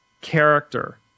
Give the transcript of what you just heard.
character